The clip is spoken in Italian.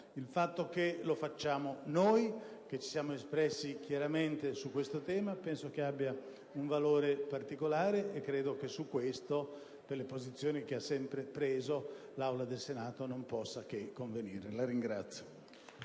Il fatto che lo facciamo noi, che ci siamo espressi chiaramente su questo tema, penso abbia un valore particolare e credo che su questo, per le posizioni che ha sempre assunto, l'Assemblea del Senato non possa che convenire. *(Applausi